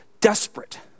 desperate